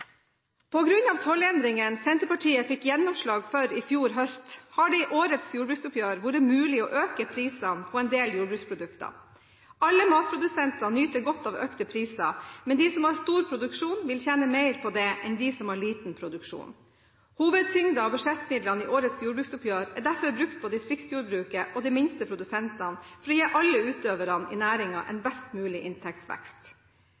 av tollendringene Senterpartiet fikk gjennomslag for i fjor høst, har det i årets jordbruksoppgjør vært mulig å øke prisene på en del jordbruksprodukter. Alle matprodusenter nyter godt av økte priser, men de som har stor produksjon, vil tjene mer på det enn de som har liten produksjon. Hovedtyngden av budsjettmidlene i årets jordbruksoppgjør er derfor brukt på distriktsjordbruket og de minste produsentene for å gi alle utøverne i